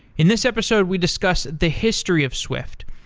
in this episode we discuss the history of swift,